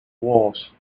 wars